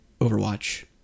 Overwatch